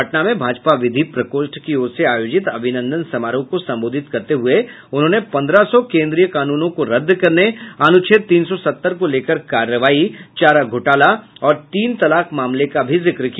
पटना में भाजपा विधि प्रकोष्ठ की ओर से आयोजित अभिनंदन समारोह को संबोधित करते हुये उन्होंने पंद्रह सौ केंद्रीय कानूनों को रद्द करने अनुच्छेद तीन सौ सत्तर को लेकर कार्रवाई चारा घोटाला और तीन तलाक मामले का जिक्र किया